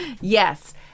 yes